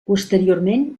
posteriorment